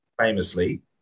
famously